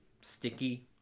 sticky